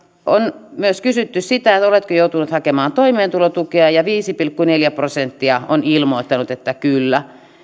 on myös kysytty oletko joutunut hakemaan toimeentulotukea viisi pilkku neljä prosenttia on ilmoittanut että kyllä